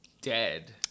dead